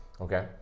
Okay